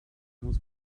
muss